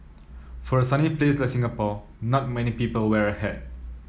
for a sunny place like Singapore not many people wear a hat